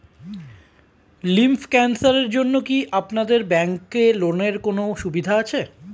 Lymph ক্যানসারের জন্য কি আপনাদের ব্যঙ্কে লোনের কোনও সুবিধা আছে?